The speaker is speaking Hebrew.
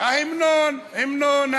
אה, המנון.